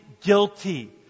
guilty